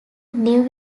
new